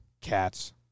Cats